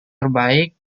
terbaik